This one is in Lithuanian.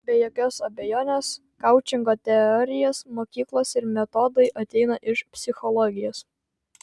be jokios abejonės koučingo teorijos mokyklos ir metodai ateina iš psichologijos